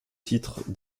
titre